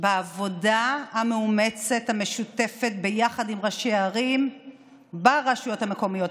בעבודה המאומצת המשותפת ביחד עם ראשי הערים ברשויות המקומיות.